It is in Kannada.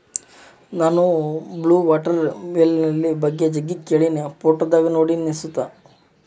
ನಾನು ಬ್ಲೂ ವಾಟರ್ ಲಿಲಿ ಬಗ್ಗೆ ಜಗ್ಗಿ ಕೇಳಿನಿ, ಫೋಟೋದಾಗ ನೋಡಿನಿ ಸುತ